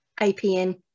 APN